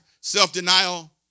self-denial